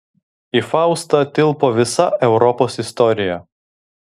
į faustą tilpo visa europos istorija